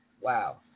Wow